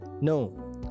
No